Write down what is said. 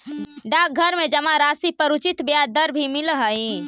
डाकघर में जमा राशि पर उचित ब्याज दर भी मिलऽ हइ